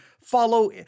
follow